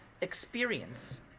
experience